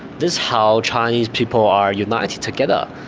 this how chinese people are united together.